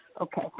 Okay